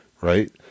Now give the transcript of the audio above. right